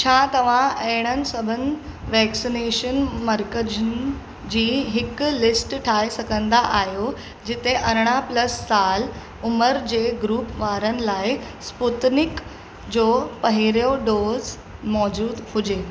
छा तव्हां अहिड़नि सभिनि वैक्सनेशन मर्कज़नि जी हिकु लिस्ट ठाहे सघंदा आहियो जिते अरिड़ाहं प्लस साल उमिरि जे ग्रुप वारनि लाइ स्पूतनिक जो पहिरियों डोज़ मौजूदु हुजे